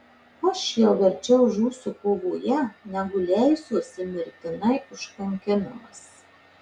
aš jau verčiau žūsiu kovoje negu leisiuosi mirtinai užkankinamas